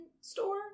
store